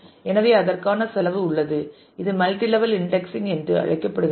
எனவே அதற்கான செலவு உள்ளது இது மல்டி லெவல் இன்டெக்ஸிங் என்று அழைக்கப்படுகிறது